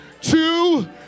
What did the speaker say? two